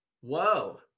whoa